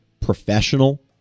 professional